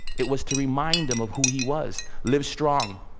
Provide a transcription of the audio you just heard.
it was to remind him of who he was. live strong.